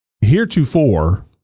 heretofore